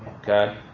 Okay